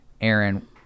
Aaron